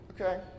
okay